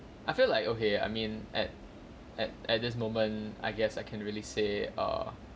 I feel like okay I mean at at at this moment I guess I can really say err